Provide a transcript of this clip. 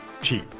cheap